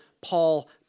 Paul